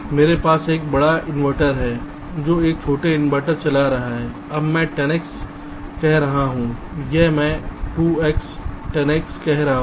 मेरे पास एक बड़ा इन्वर्टर है जो एक छोटा इन्वर्टर चला रहा है यह मैं 10 X कह रहा हूं यह मैं 2 X 10 X कह रहा हूं